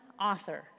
author